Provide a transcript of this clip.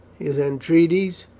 his entreaties,